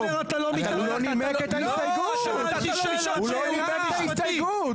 תומר, אתה --- הוא לא נימק את ההסתייגות.